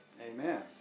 Amen